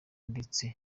ndetse